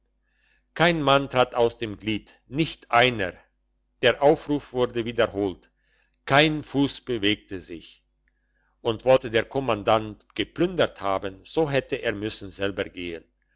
kein mann trat aus dem glied nicht einer der aufruf wurde wiederholt kein fuss bewegte sich und wollte der kommandant geplündert haben so hätte er müssen selber gehen